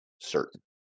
certain